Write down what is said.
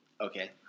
Okay